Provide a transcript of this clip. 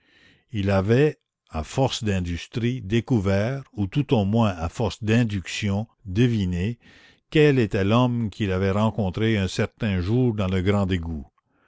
il avait à force d'industrie découvert ou tout au moins à force d'inductions deviné quel était l'homme qu'il avait rencontré un certain jour dans le grand égout